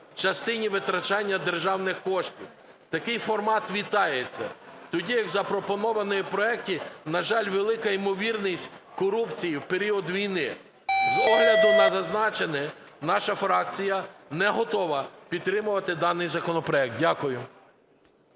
в частині витрачання державних коштів. Такий формат вітається. Тоді як в запропонованому проекті, на жаль, велика ймовірність корупції в період війни. З огляду на зазначене, наша фракція не готова підтримувати даний законопроект. Дякую.